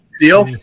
Deal